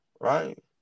right